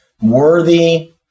worthy